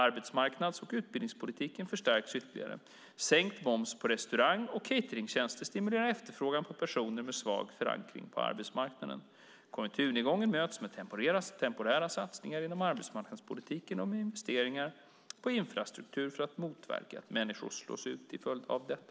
Arbetsmarknads och utbildningspolitiken förstärks ytterligare. Sänkt moms på restaurang och cateringtjänster stimulerar efterfrågan på personer med svag förankring på arbetsmarknaden. Konjunkturnedgången möts med temporära satsningar inom arbetsmarknadspolitiken och med investeringar på infrastruktur för att motverka att människor slås ut till följd av detta.